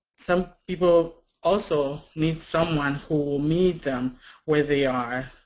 some people also need someone who will meet them where they are.